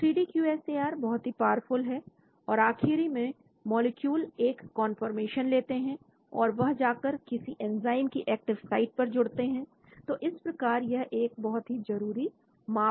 तो three D Q S A R बहुत ही पावरफुल है क्योंकि आखिर में मॉलिक्यूल एक कन्फॉर्मेशन लेते हैं और वह जाकर किसी एंजाइम की एक्टिव साइट पर जुड़ते हैं तो इस प्रकार यह एक बहुत ही जरूरी मापदंड है